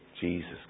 Jesus